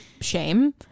shame